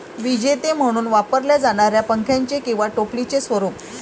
विजेते म्हणून वापरल्या जाणाऱ्या पंख्याचे किंवा टोपलीचे स्वरूप